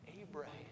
Abraham